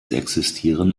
existieren